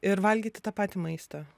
ir valgyti tą patį maistą